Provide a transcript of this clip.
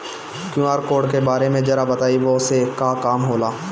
QR code के बारे में जरा बताई वो से का काम होला?